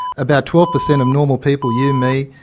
about twelve percent of normal people, you, me,